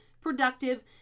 productive